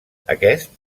aquest